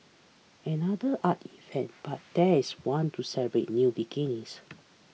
another art event but there is one to celebrate new beginnings